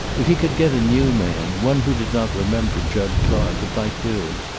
if he could get a new man, one who did not remember jud clark, it might do.